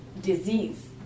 disease